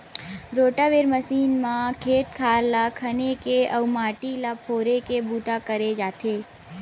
rotavator machine म खेत खार ल खने के अउ माटी ल फोरे के बूता करे जाथे